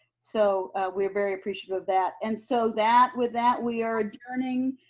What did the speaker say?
so we are very appreciative of that, and so that with that, we are adjourning